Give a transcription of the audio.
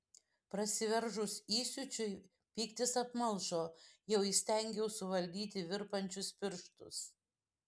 prasiveržus įsiūčiui pyktis apmalšo jau įstengiau suvaldyti virpančius pirštus